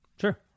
Sure